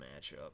matchup